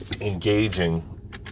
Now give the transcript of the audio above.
engaging